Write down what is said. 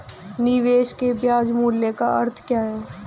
निवेश के ब्याज मूल्य का अर्थ क्या है?